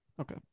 Okay